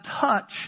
touch